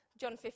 John